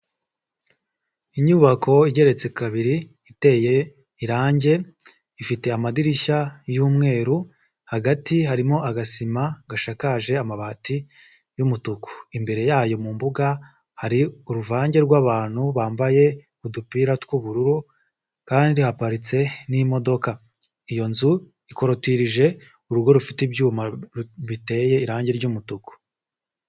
Inyubako igereretse kabiri, iteye irangi, ifite amadirishya y'umweru hagati harimo agasima gashakaje amabati y'umutuku, imbere yayo mu mbuga hari uruvange rw'abantu bambaye udupira tw'ubururu kandi haparitse n'imodoka. Iyo nzu ikorotirije urugo rufite ibyuma biteye irangi ry'umutuku.